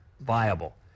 viable